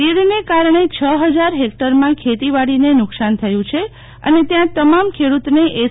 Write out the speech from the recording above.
તીડને કારણે ક ફજાર હેક્ટરમાં ખેતીવાડીને નુ કશાસ થયુ છે અને ત્યાં તમામ ખેડુતને એસ